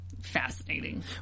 Fascinating